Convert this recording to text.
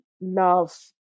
love